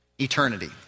eternity